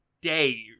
Dave